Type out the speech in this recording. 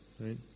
right